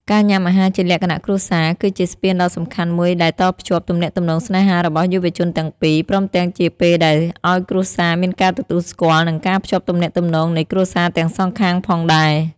ការញ៉ាំអាហារជាលក្ខណៈគ្រួសារគឺជាស្ពានដ៏សំខាន់មួយដែលតភ្ជាប់ទំនាក់ទំនងស្នេហារបស់យុវជនទាំងពីរ ព្រមទាំងជាពេលដែលឲ្យគ្រួសារមានការទទួលស្គាល់ និងការភ្ជាប់ទំនាកទំនងនៃគ្រួសារទាំងសងខាងផងដែរ។